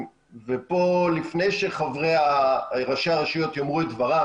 ופה לפני שראשי הרשויות יאמרו את דברם,